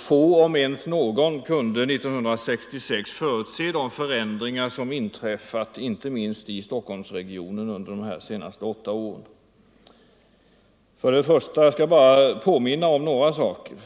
Få om ens någon kunde 1966 förutse de förändringar som inträffat, inte minst i Stockholmsregionen, under de senaste åtta åren. Jag skall bara påminna om några saker.